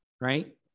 right